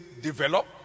develop